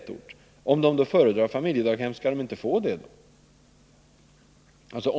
Skall de under sådana förhållanden inte få familjedaghem, om de föredrar den lösningen?